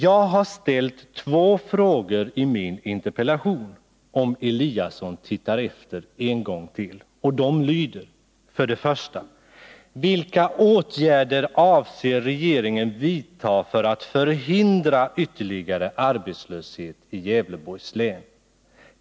Jag har ställt två frågor i min interpellation, om Ingemar Eliasson tittar efter.